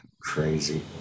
Crazy